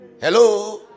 Hello